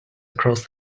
across